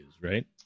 right